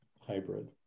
hybrid